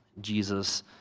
Jesus